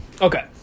Okay